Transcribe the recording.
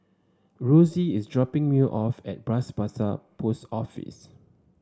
Rosy is dropping me off at Bras Basah Post Office